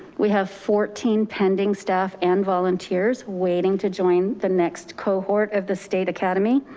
we have fourteen pending staff and volunteers waiting to join the next cohort of the state academy.